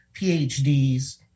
PhDs